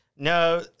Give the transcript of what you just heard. No